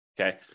Okay